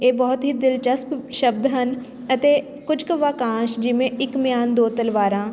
ਇਹ ਬਹੁਤ ਹੀ ਦਿਲਚਸਪ ਸ਼ਬਦ ਹਨ ਅਤੇ ਕੁਝ ਕੁ ਵਾਕਾਂਸ਼ ਜਿਵੇਂ ਇੱਕ ਮਿਆਨ ਦੋ ਤਲਵਾਰਾਂ